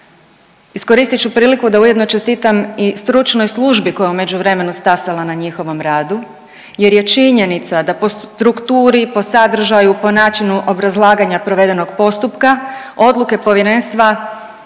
Iskoristit ću priliku da ujedno čestitam i stručnoj službi koja je u međuvremenu stasala na njihovom radu jer je činjenica da po strukturi, po sadržaju, po načinu obrazlaganja provedenog postupka, odluke Povjerenstva